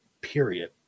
period